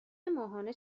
ماهانه